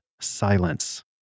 silence